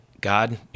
God